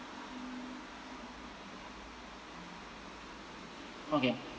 okay